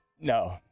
No